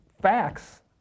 facts